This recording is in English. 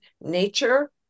nature